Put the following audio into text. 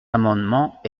amendement